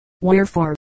Wherefore